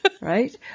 right